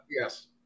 Yes